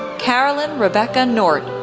caroline rebecca nordt,